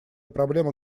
проблема